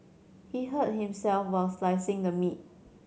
he hurt himself while slicing the meat